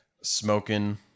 smoking